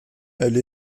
elle